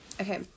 okay